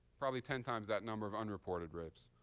probably ten times that number of unreported rapes.